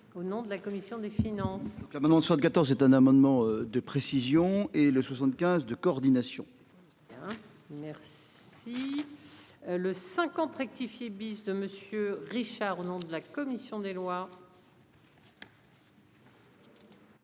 au nom de la commission des finances. La maintenant c'est un amendement de précision et le 75 de coordination. Merci. Si. Le 50 rectifier bis de monsieur Richard au nom de la commission des lois.